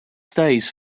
studies